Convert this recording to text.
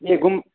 ए गुम